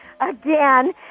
Again